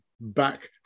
back